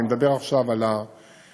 אני מדבר עכשיו על האגרה,